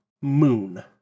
moon